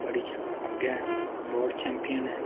बड़ी अग्गें ऐ वर्ल्ड चैंपियन ऐ